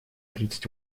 тридцать